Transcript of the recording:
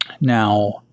Now